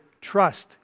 trust